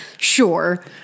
Sure